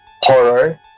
horror